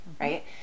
right